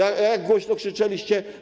A jak głośno krzyczeliście.